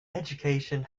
education